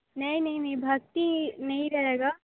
नहीं नहीं नहीं भक्ति नहीं रहेगा